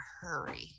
hurry